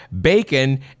bacon